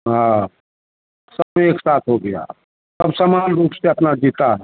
हाँ सब एक साथ हो गया सब समान रूप से अपना जीते हैं